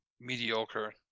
mediocre